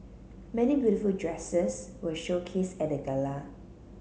many beautiful dresses were showcased at the gala